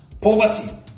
Poverty